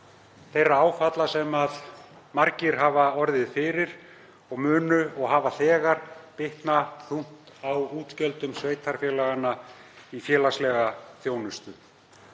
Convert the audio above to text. þeirra áfalla sem margir hafa orðið fyrir. Það mun og hefur þegar bitnað þungt á útgjöldum sveitarfélaganna í félagslega þjónustu.